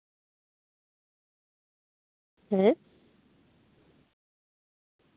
ᱦᱮᱸ